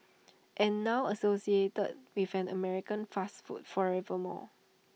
and now associated with an American fast food forever more